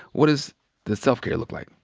what does the self-care look like?